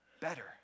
better